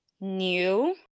new